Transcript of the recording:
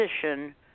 position